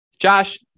Josh